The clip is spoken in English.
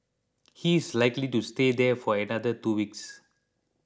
he is likely to stay there for another two weeks